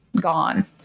gone